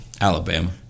Alabama